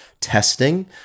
testing